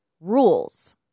rules